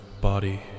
body